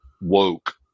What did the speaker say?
woke